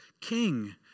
king